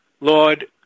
Lord